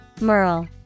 Merle